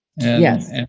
Yes